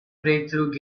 breakthrough